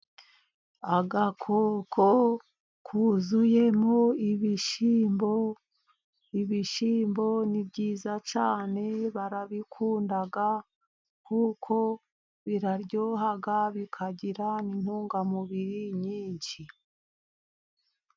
Agakoko kuzuyemo ibishyimbo. Ibishyimbo ni byiza cyane barabikunda kuko biraryoha, bikagira n' intungamubiri nyinshi.